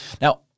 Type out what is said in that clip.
Now